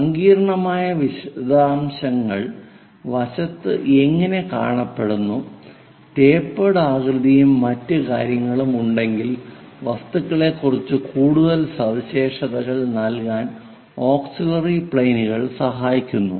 സങ്കീർണ്ണമായ വിശദാംശങ്ങൾ വശത്ത് എങ്ങനെ കാണപ്പെടുന്നു റ്റേപ്പേർഡ് ആകൃതിയും മറ്റ് കാര്യങ്ങളും ഉണ്ടെങ്കിൽ വസ്തുക്കളെക്കുറിച്ച് കൂടുതൽ സവിശേഷതകൾ നൽകാൻ ഓക്സിലിയറി പ്ലെയിനുകൾ സഹായിക്കുന്നു